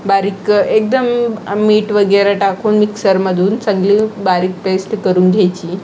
बारीक एकदम मीठ वगैरे टाकून मिक्सरमधून सगळं बारीक पेस्ट करून घ्यायची